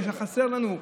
מה שחסר לנו,